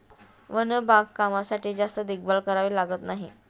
one बागकामासाठी जास्त देखभाल करावी लागत नाही